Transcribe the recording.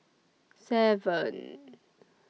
seven